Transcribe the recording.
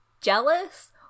jealous